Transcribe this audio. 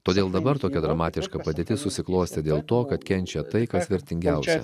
todėl dabar tokia dramatiška padėtis susiklostė dėl to kad kenčia tai kas vertingiausia